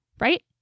right